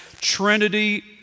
Trinity